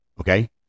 okay